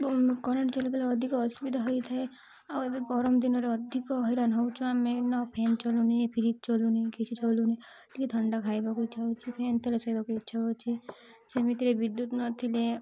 current ଚାଲିଗଲେ ଅଧିକ ଅସୁବିଧା ହୋଇଥାଏ ଆଉ ଏବେ ଗରମ୍ ଦିନରେ ଅଧିକ ହଇରାଣ ହଉଛୁ ଆମେ ନ ଫ୍ୟାନ୍ ଚାଲୁନି ଫ୍ରିଜ୍ ଚାଲୁନି କିଛି ଚାଲୁନି ଟିକେ ଥଣ୍ଡା ଖାଇବାକୁ ଇଚ୍ଛା ହେଉଛି ଫ୍ୟାନ୍ ତଳେ ଶୋଇବାକୁ ଇଚ୍ଛା ହେଉଛି ସେମିତିରେ ବିଦ୍ୟୁତ ନଥିଲେ